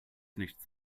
nichts